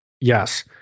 Yes